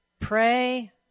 pray